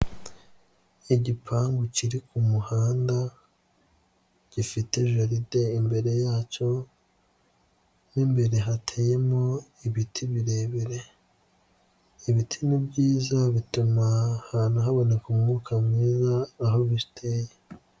Igipangu kiri ku muhanda gifite jaride imbere yacyo, mu imbere hateyemo ibiti birebire, ibiti ni byiza bituma ahantu haboneka umwuka mwiza aho bite.